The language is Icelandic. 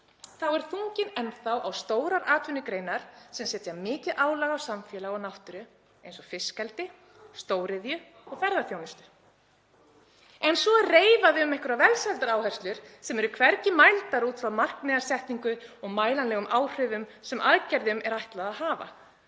þá er þunginn enn þá á stórar atvinnugreinar sem setja mikið álag á samfélag og náttúru eins og fiskeldi, stóriðju og ferðaþjónustu. En svo eru reifaðar einhverjar velsældaráherslur sem eru hvergi mældar út frá markmiðssetningu og mælanlegum áhrifum sem aðgerðum er ætlað að hafa.